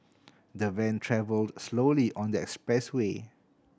the van travelled slowly on the expressway